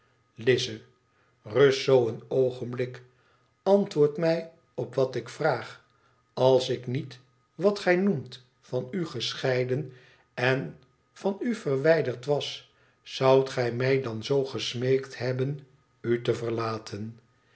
rust zoo een oogenblik antwoord mij op wat ik vraag als ik niet wat gij noemt van u gescheiden en vanu verwijderd was zoudt gij mij dan zoo gesmeekt hebben u te verlaten